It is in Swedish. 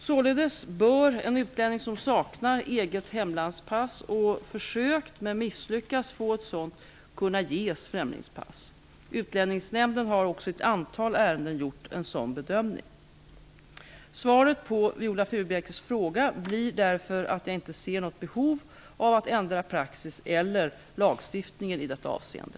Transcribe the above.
Således bör en utlänning som saknar eget hemlandspass, och försökt men misslyckats få ett sådant, kunna ges främlingspass. Utlänningsnämnden har också i ett antal ärenden gjort en sådan bedömning. Svaret på Viola Furubjelkes fråga blir därför att jag inte ser något behov av att ändra praxis eller lagstiftningen i detta avseende.